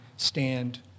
stand